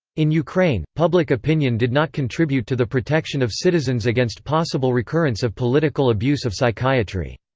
in ukraine, public opinion did not contribute to the protection of citizens against possible recurrence of political abuse of psychiatry.